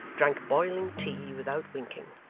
drank boiling tea without winking,